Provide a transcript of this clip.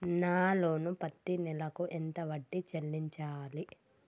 నా లోను పత్తి నెల కు ఎంత వడ్డీ చెల్లించాలి?